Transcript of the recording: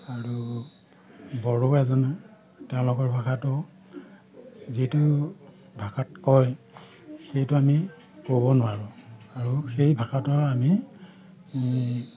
আৰু বড়ো এজনে তেওঁলোকৰ ভাষাটো যিটো ভাষাত কয় সেইটো আমি ক'ব নোৱাৰোঁ আৰু সেই ভাষাটো আমি